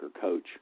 coach